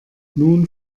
nun